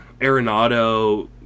Arenado